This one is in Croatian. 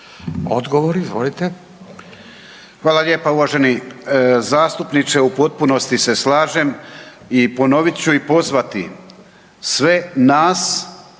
Tomo (HDZ)** Hvala lijepo, poštovani zastupniče, u potpunosti se slažem i ponovit ću i pozvati sve nas,